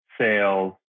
sales